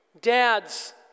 dads